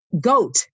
goat